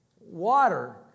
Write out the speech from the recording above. Water